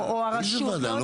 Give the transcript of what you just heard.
או הרשות.